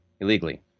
illegally